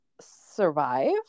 survive